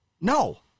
No